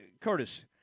Curtis